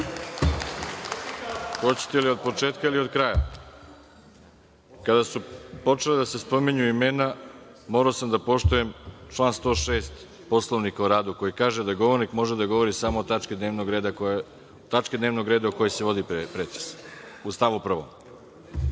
li od početka ili od kraja? Kada su počela da se spominju imena, morao sam da poštujem član 106. Poslovnika o radu koji kaže da govornik može da govori samo o tački dnevnog reda o kojoj se vodi pretres, u stavu 1.